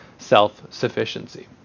self-sufficiency